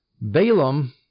Balaam